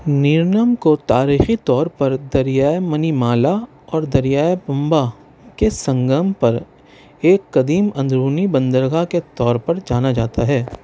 نیرنم کو تاریخی طور پر دریائے منی مالا اور دریائے پمبا کے سنگم پر ایک قدیم اندرونی بندرگاہ کے طور پر جانا جاتا ہے